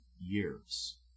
years